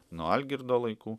nuo algirdo laikų